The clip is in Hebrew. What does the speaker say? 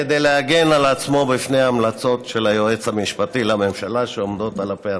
כדי להגן על עצמו מפני ההמלצות של היועץ המשפטי לממשלה שעומדות על הפרק.